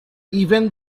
even